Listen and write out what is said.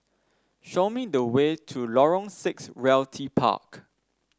show me the way to Lorong Six Realty Park